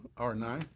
r nine.